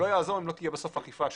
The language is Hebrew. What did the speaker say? לא יעזור אם בסוף לא תהיה אכיפה שלהם.